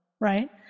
right